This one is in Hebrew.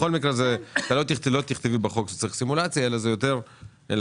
בכל מקרה לא ייכתב בחוק שצריך לעשות סימולציה אלא זה מופנה יותר אליכם,